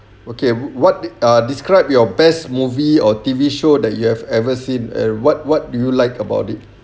okay what ah describe your best movie or T_V show that you have ever seen and what what do you like about it